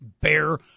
Bear